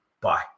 Bye